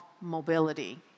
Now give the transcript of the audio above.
mobility